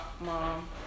mom